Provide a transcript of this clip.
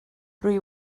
rwy